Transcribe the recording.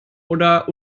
oder